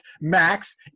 Max